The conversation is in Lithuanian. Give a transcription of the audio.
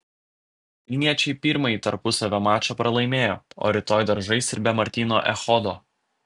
vilniečiai pirmąjį tarpusavio mačą pralaimėjo o rytoj dar žais ir be martyno echodo